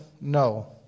no